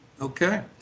Okay